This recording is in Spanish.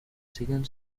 siguen